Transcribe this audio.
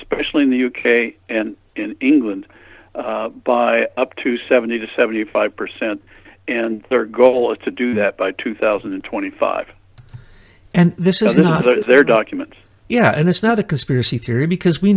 specially in the u k and in england by up to seventy to seventy five percent and third goal is to do that by two thousand and twenty five and this is not their documents yeah and it's not a conspiracy theory because we